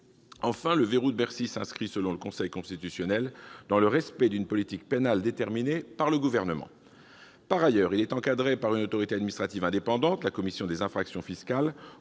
Enfin, le « verrou de Bercy » s'inscrit, selon le Conseil constitutionnel, « dans le respect d'une politique pénale déterminée par le Gouvernement ». Par ailleurs, ce dispositif est encadré par une autorité administrative indépendante- la commission des infractions fiscales